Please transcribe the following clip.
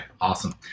awesome